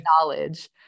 knowledge